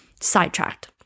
sidetracked